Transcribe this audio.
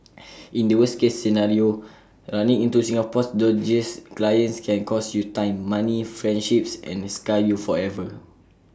in the worst case scenario running into Singapore's dodgiest clients can cost you time money friendships and scar you forever